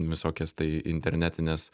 visokias tai internetines